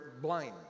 blind